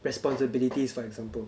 responsibilities for example